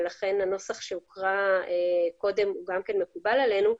ולכן הנוסח שהוקרא קודם הוא מקובל עלינו,